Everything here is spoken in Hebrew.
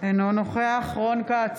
אינו נוכח רון כץ,